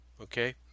Okay